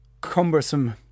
cumbersome